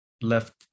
left